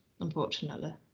unfortunately